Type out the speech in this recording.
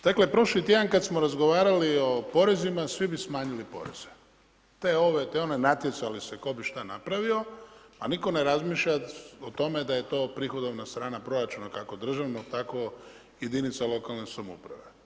Dakle, prošli tjedan kada smo razgovarali o porezima, svi bi smanjili poreze, te ove, te one, natjecali bi se što bi napravio, a nitko ne razmišlja o tome, da je to prihodovna strana proračuna kako državnog tako i jedinice lokalne samouprave.